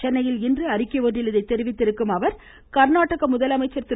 சென்னையில் இன்று அறிக்கை ஒன்றில் இதை தெரிவித்திருக்கும் அவர் கர்நாடக முதலமைச்சர் திரு